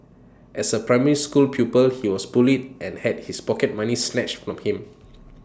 as A primary school pupil he was bullied and had his pocket money snatched from him